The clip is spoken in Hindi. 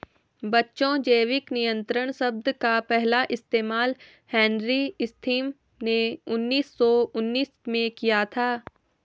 बच्चों जैविक नियंत्रण शब्द का पहला इस्तेमाल हेनरी स्मिथ ने उन्नीस सौ उन्नीस में किया था